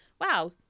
wow